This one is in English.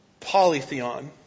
polytheon